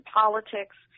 politics